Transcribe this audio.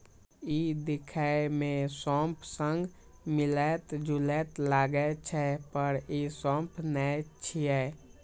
ई देखै मे सौंफ सं मिलैत जुलैत लागै छै, पर ई सौंफ नै छियै